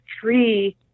three